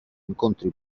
incontri